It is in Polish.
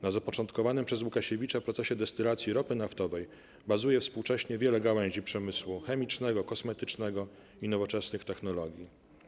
Na zapoczątkowanym przez Łukasiewicza procesie destylacji ropy naftowej bazuje współcześnie wiele gałęzi przemysłu chemicznego, kosmetycznego i nowoczesnych technologii.